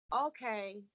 okay